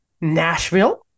Nashville